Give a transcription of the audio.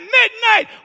midnight